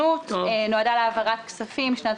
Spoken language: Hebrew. נועדה להעברת כספים משנת